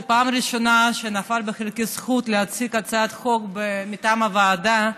זו פעם ראשונה שנפל בחלקי הזכות להציג הצעת חוק מטעם הוועדה,